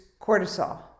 cortisol